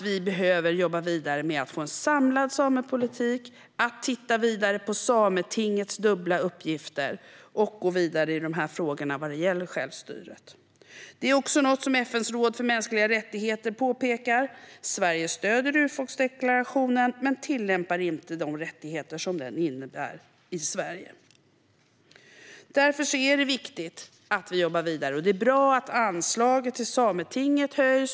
Vi behöver dock jobba vidare med att få en samlad samepolitik, titta på Sametingets dubbla uppgifter och gå vidare i frågorna som gäller självstyret. Detta är även något som FN:s råd för mänskliga rättigheter påpekar. Sverige stöder urfolksdeklarationen men tillämpar inte de rättigheter som den innebär i Sverige. Det är därför viktigt att vi jobbar vidare, och det är bra att anslaget till Sametinget höjs.